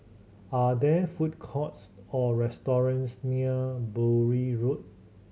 are there food courts or restaurants near Bury Road